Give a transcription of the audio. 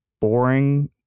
boring